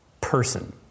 person